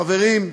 חברים,